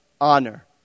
honor